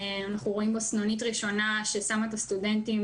רואים בו סנונית ראשונה ששמה את הסטודנטים